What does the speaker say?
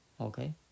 okay